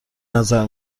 نظر